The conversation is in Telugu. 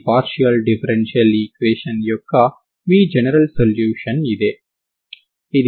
Emgh కి సమానమైన ఈ పొటెన్షియల్ ఎనర్జీ ని నిర్వచిద్దాం